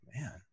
man